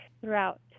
throughout